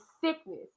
sickness